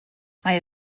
mae